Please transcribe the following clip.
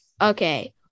Okay